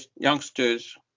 youngsters